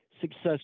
success